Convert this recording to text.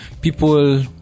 people